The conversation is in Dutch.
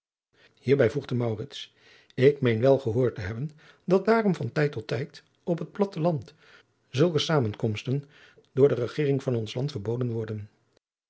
adriaan loosjes pzn het leven van maurits lijnslager hebben dat daarom van tijd tot tijd op het platte land zulke zamenkomsten door de regering van ons land verboden worden